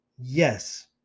Yes